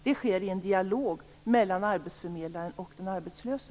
Det sker i en dialog mellan arbetsförmedlingen och den arbetslöse.